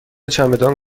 چمدان